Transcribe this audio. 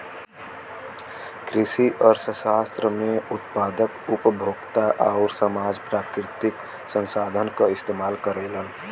कृषि अर्थशास्त्र में उत्पादक, उपभोक्ता आउर समाज प्राकृतिक संसाधन क इस्तेमाल करलन